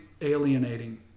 alienating